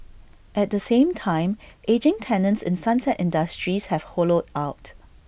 at the same time ageing tenants in sunset industries have hollowed out